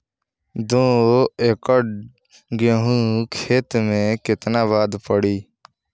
दो एकड़ गेहूँ के खेत मे केतना खाद पड़ी?